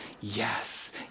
yes